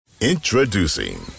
Introducing